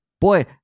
boy